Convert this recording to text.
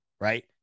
right